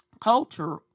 culture